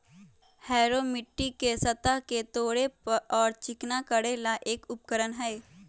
harrow मिट्टी के सतह के तोड़े और चिकना करे ला एक उपकरण हई